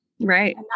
Right